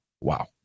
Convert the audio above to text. Wow